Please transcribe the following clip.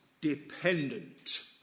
dependent